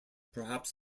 perhaps